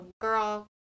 girl